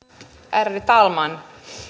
ärade talman